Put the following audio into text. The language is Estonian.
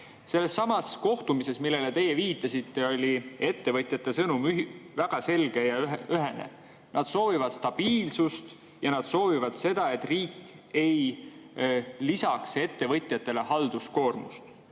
Sellelsamal kohtumisel, millele teie viitasite, oli ettevõtjate sõnum väga selge ja ühene. Nad soovivad stabiilsust ja nad soovivad seda, et riik ei lisaks ettevõtjatele halduskoormust.